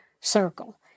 circle